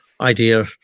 idea